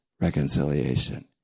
reconciliation